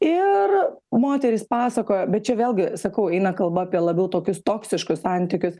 ir moterys pasakojo bet čia vėlgi sakau eina kalba apie labiau tokius toksiškus santykius